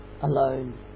alone